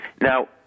Now